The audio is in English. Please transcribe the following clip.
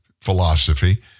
philosophy